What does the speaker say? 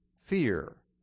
fear